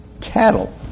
Cattle